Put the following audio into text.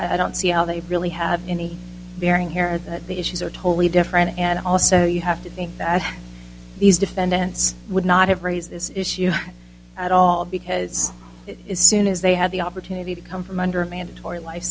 i don't see how they really have any bearing here that the issues are totally different and also you have to think that these defendants would not have raised this issue at all because it is soon as they had the opportunity to come from under a mandatory life